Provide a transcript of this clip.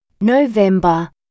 November